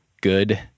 good